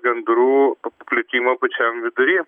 gandrų paplitimą pačiam vidury